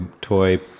toy